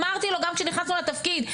אמרתי לו גם כשנכנסנו לתפקיד,